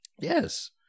Yes